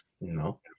No